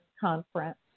Conference